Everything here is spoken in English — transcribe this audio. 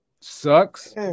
sucks